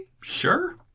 Sure